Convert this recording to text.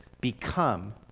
become